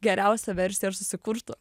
geriausią versiją ir susikurtų